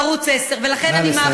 בערוץ 10. ולכן, נא לסיים.